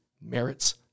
merits